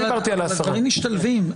אבל דברים משתלבים.